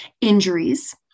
injuries